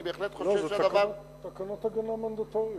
אני בהחלט חושב שהדבר, אלה תקנות הגנה מנדטוריות.